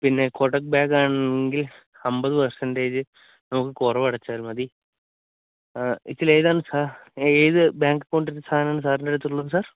പിന്നെ കൊടക് ബാങ്ക് ആണെങ്കില് അമ്പത് പേര്സന്റേജ് നമുക്ക് കുറവ് അടച്ചാല് മതി ആ ഇതിൽ ഏതാണ് സാര് ഏത് ബാങ്ക് അക്കൗണ്ടിന്റെ സാധനമാണ് സാറിൻ്റെ അടുത്ത് ഉള്ളത് സാര്